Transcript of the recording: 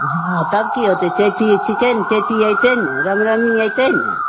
हॅं तब कि होतै चैती छिकै ने चैती अयतै ने रामनवमी